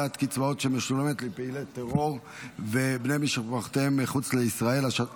איסור פיטורים של בן משפחה בשנת השכול הראשונה),